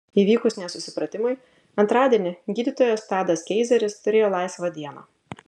įvykus nesusipratimui antradienį gydytojas tadas keizeris turėjo laisvą dieną